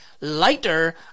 lighter